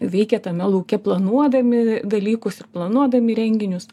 veikia tame lauke planuodami dalykus ir planuodami renginius